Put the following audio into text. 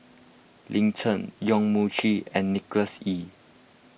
Lin Chen Yong Mun Chee and Nicholas Ee